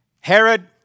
Herod